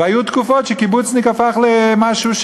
והיו תקופות שקיבוצניק הפך למשהו,